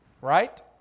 right